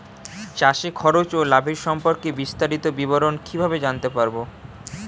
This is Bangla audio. চাষে খরচ ও লাভের সম্পর্কে বিস্তারিত বিবরণ কিভাবে জানতে পারব?